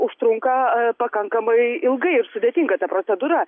užtrunka pakankamai ilgai ir sudėtinga ta procedūra